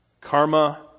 Karma